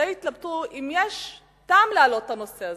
די התלבטו אם יש טעם להעלות את הנושא הזה.